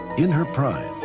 in her prime,